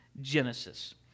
Genesis